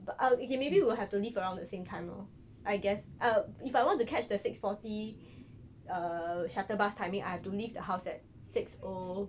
but I'll eh maybe will have to leave around the same time lor I guess um if I want to catch the six forty uh shuttle bus timing I have to leave the house at six O